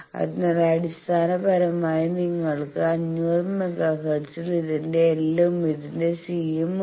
അതിനാൽ അടിസ്ഥാനപരമായി നിങ്ങൾക്ക് 500 മെഗാ ഹെർട്സിൽ ഇതിന്റെ L ഉം ഇതിന്റെ C യും ഉണ്ട്